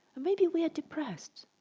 or maybe we are depressed.